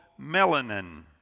melanin